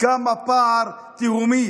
איזה פער תהומי